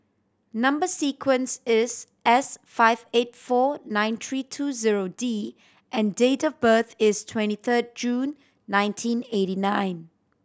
number sequence is S five eight four nine three two zero D and date of birth is twenty third June nineteen eighty nine